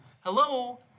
Hello